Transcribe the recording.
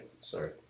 sorry